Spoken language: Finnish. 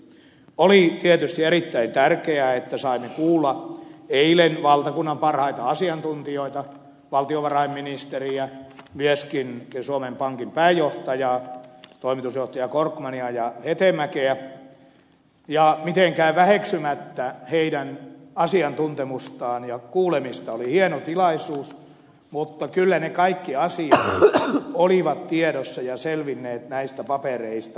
oli tietysti erittäin tärkeää että saimme kuulla eilen valtakunnan parhaita asiantuntijoita valtiovarainministeriä myöskin suomen pankin pääjohtajaa toimitusjohtaja korkmania ja hetemäkeä ja mitenkään väheksymättä heidän asiantuntemustaan ja kuulemistaan oli hieno tilaisuus kyllä ne kaikki asiat olivat tiedossa ja selvinneet näistä papereista